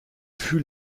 fut